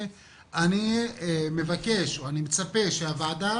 ואני מצפה שהוועדה,